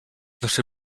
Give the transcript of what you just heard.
nasze